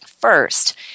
First